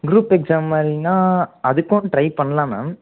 group exam மாதிரினா அதுக்கும் try பண்ணலாம் மேம்